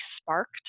sparked